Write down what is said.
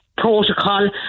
protocol